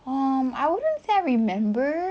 um I wouldn't say I remember